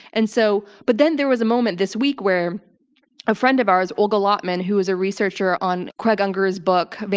and so, but then there was a moment this week where a friend of ours, olga lautman, who was a researcher on craig unger's book,